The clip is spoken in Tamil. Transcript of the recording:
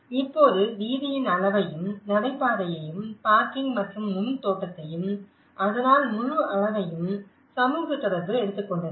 ஆனால் இப்போது வீதியின் அளவையும் நடைபாதையையும் பார்க்கிங் மற்றும் முன் தோட்டத்தையும் அதனால் முழு அளவையும் சமூக தொடர்பு எடுத்துக்கொண்டது